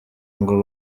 ngo